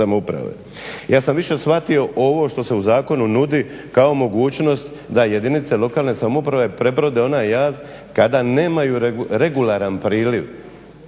Ja sam više shvatio ovo što se u zakonu nudi kao mogućnost da jedinice lokalne samouprave prebrode onaj jaz kada nemaju regularan priljev